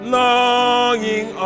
longing